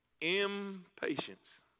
Impatience